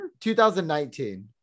2019